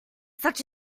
such